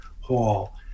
hall